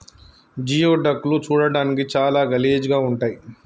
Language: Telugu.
జియోడక్ లు చూడడానికి చాలా గలీజ్ గా ఉంటయ్